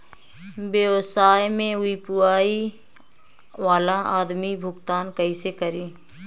व्यवसाय में यू.पी.आई वाला आदमी भुगतान कइसे करीं?